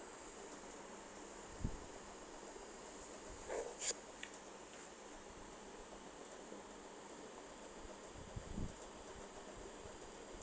okay